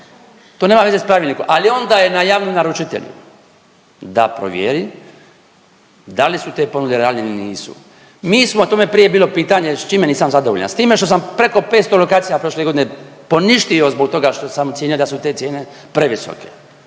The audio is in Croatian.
to nema veze sa pravilnikom. Ali onda je na javni naručitelj da provjeri da li su te ponude realne ili nisu? Mi smo o tome je prije bilo pitanje s čime nisam zadovoljan? S time što sam preko 500 lokacija prošle godine poništio zbog toga što sam ocijenio da su te cijene previsoke